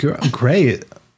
great